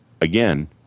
again